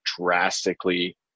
drastically